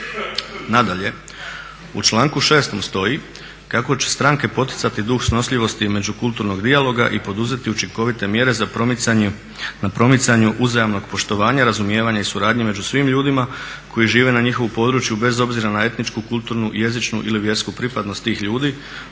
Nadalje, u članku 6. stoji kako će stranke poticati duh snošljivosti i međukulturnog dijaloga i poduzeti učinkovite mjere na promicanju uzajamnog poštovanja, razumijevanja i suradnje među svim ljudima koji žive na njihovu području bez obzira na etničku, kulturnu, jezičnu ili vjersku pripadnost tih ljudi